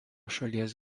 šalies